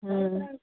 हुँ